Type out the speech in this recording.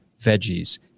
veggies